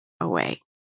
away